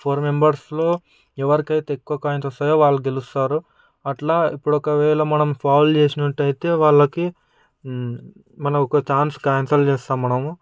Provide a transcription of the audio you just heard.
four మెంబర్స్లో ఎవరికైతే ఎక్కువ కాయిన్స్ వస్తాయోవాళ్ళు గెలుస్తారు అట్లా ఇప్పుడు ఒకవేళ మనం ఫౌల్ చేసినట్లయితే వాళ్లకి మనం ఒక ఛాన్స్ కాన్సల్ చేస్తాం మనం